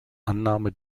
annahme